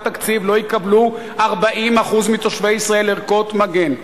תקציב לא יקבלו 40% מתושבי ישראל ערכות מגן.